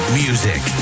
music